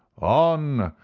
on,